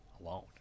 alone